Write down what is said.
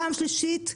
פעם שלישית,